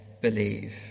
believe